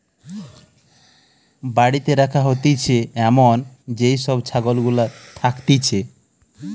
বাড়িতে রাখা হতিছে এমন যেই সব ছাগল গুলা থাকতিছে